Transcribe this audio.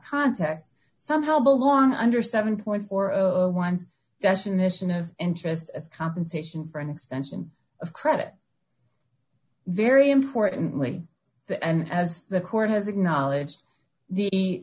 context somehow belong under seven point four one's definition of interest as compensation for an extension of credit very importantly that and as the court has acknowledged the